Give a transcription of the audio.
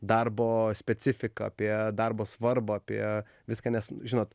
darbo specifiką apie darbo svarbą apie viską nes žinot